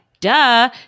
Duh